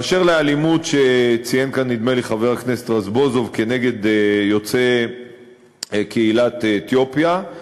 באשר לאלימות שציין כאן חבר הכנסת רזבוזוב כנגד יוצאי קהילת אתיופיה,